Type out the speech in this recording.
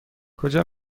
کجا